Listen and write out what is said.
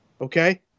okay